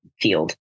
field